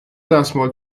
دستمال